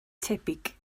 tebyg